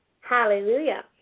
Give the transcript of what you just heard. Hallelujah